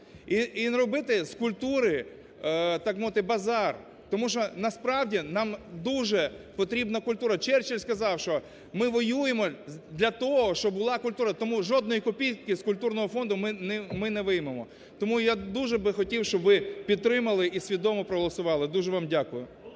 і не робити з культури, так би мовити, базар. Тому що, насправді, нам дуже потрібна культура. Черчіль сказав, що "ми воюємо для того, щоб була культура, тому жодної копійки з культурного фонду ми не виймемо". Тому я дуже би хотів, щоб ви підтримали і свідомо проголосували. Дуже вам дякую.